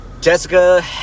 Jessica